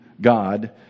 God